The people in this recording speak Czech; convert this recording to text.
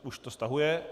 Už to stahuje.